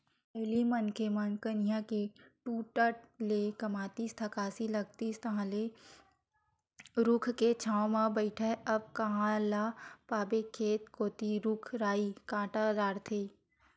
पहिली मनखे मन कनिहा के टूटत ले कमातिस थकासी लागतिस तहांले रूख के छांव म बइठय अब कांहा ल पाबे खेत कोती रुख राई कांट डरथे